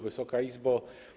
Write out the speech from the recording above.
Wysoka Izbo!